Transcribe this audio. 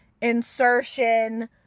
insertion